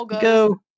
go